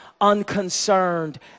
unconcerned